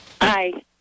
Hi